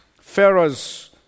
Pharaohs